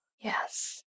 Yes